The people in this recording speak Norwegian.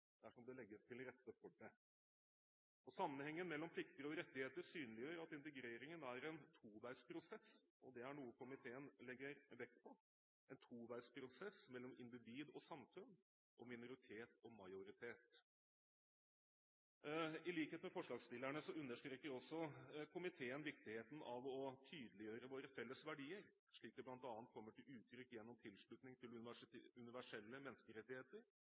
dersom det legges til rette for det. Sammenhengen mellom plikter og rettigheter synliggjør at integrering er en toveisprosess – og det er noe komiteen legger vekt på – mellom individ og samfunn og minoritet og majoritet. I likhet med forslagsstillerne understreker komiteen også viktigheten av å tydeliggjøre våre fellesverdier, slik de bl.a. kommer til uttrykk gjennom tilslutningen til universelle menneskerettigheter,